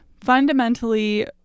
fundamentally